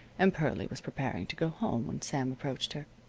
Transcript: and pearlie was preparing to go home when sam approached her.